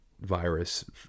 virus